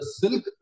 silk